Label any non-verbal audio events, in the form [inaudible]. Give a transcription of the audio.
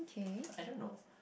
[noise] I don't know